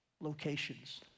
locations